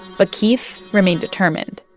but keith remained determined.